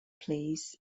plîs